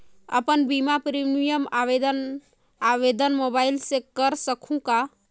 अपन बीमा प्रीमियम आवेदन आवेदन मोबाइल से कर सकहुं का?